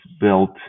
built